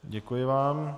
Děkuji vám.